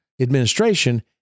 administration